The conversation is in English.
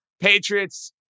Patriots